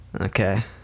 Okay